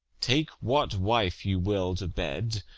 take what wife you will to bed,